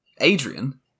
Adrian